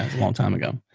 a long time ago.